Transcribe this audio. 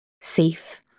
safe